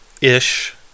ish